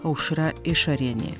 aušra išarienė